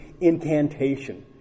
incantation